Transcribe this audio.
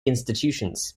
institutions